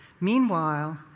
Meanwhile